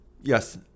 yes